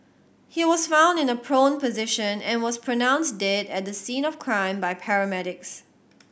he was found in a prone position and was pronounced dead at the scene of crime by paramedics